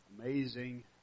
amazing